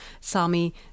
Sami